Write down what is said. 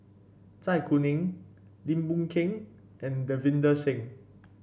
Zai Kuning Lim Boon Keng and Davinder Singh